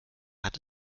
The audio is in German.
hat